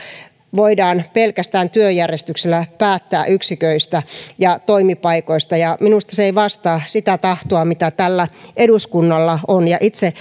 voidaan pelkästään työjärjestyksellä päättää yksiköistä ja toimipaikoista ja minusta se ei vastaa sitä tahtoa mitä tällä eduskunnalla on ja itse